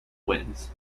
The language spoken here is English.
wins